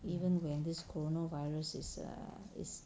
even when this coronavirus is err is